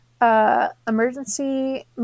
emergency